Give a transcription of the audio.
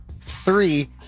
three